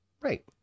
Right